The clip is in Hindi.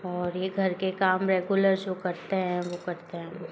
और यह घर के काम रेगुलर जो करते हैं वो करते हैं